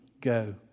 go